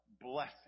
blessing